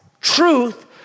truth